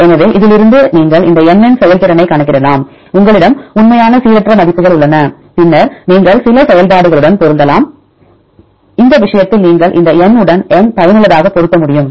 எனவே இதிலிருந்து நீங்கள் இந்த n இன் செயல்திறனைக் கணக்கிடலாம் உங்களிடம் உண்மையான சீரற்ற மதிப்புகள் உள்ளன பின்னர் நீங்கள் சில செயல்பாடுகளுடன் பொருந்தலாம் இந்த விஷயத்தில் நீங்கள் இந்த N உடன் N பயனுள்ளதாக பொருத்த முடியும்